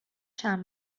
چند